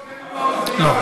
לא.